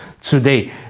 today